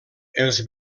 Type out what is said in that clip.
els